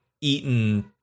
eaten